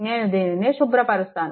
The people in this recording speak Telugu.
నేను దీనిని శుభ్రపరుస్తాను